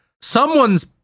someone's